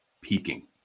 peaking